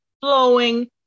flowing